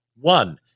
One